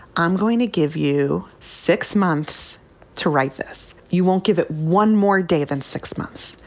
i'm going to give you six months to write this. you won't give it one more day than six months,